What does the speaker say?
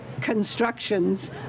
constructions